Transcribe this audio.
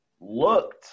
looked